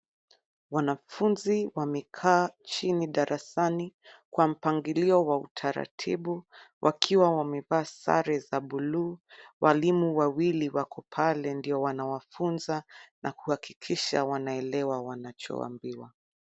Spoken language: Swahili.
Wanafunzi wamekaa chini darasani kwa mpangilio wa utaratibu wakiwa wamevaa sare za buluu. Walimu wawili wako pale ndio wanawafunza na kuhakikisha wanaelewa wanachoambiwa.